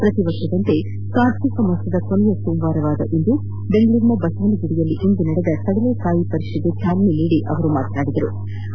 ಪ್ರತಿವರ್ಷದಂತೆ ಕಾರ್ತಿಕ ಮಾಸದ ಕೊನೆಯ ಸೋಮವಾರ ಬೆಂಗಳೂರಿನ ಬಸವನ ಗುಡಿಯಲ್ಲಿಂದು ನಡೆದ ಕಡಲೇ ಕಾಯಿ ಪರಿಷೆಗೆ ಚಾಲನೆ ನೀಡಿ ಮಾತನಾಡಿದ ಅವರು